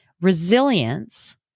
resilience